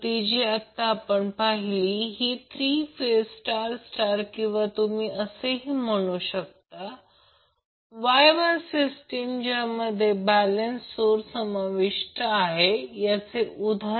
तर मुळात मोजण्यासाठी टू वॅटमीटर पद्धतीची आवश्यकता आहे लोड कदाचित स्टार किंवा डेल्टा बॅलन्स्ड किंवा अनबॅलन्स्ड असेल याने फरक पडत नाही